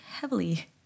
heavily